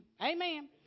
Amen